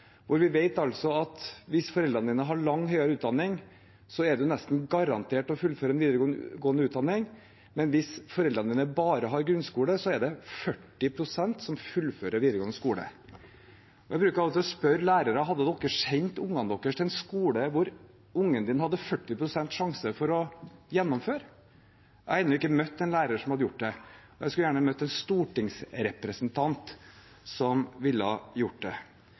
Vi vet at hvis foreldrene har lang høyere utdanning, er man nesten garantert å fullføre videregående utdanning, men hvis foreldrene bare har grunnskole, er det 40 pst. som fullfører videregående skole. Jeg bruker av og til å spørre lærere: Hadde dere sendt ungene deres til en skole der de hadde 40 pst. sjanse for å gjennomføre? Jeg har ennå ikke møtt en lærer som hadde gjort det. Jeg skulle gjerne møtt en stortingsrepresentant som ville gjort det.